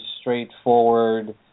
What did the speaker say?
straightforward –